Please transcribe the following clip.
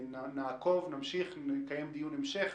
נעקוב ונקיים דיון המשך,